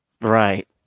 Right